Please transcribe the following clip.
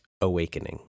awakening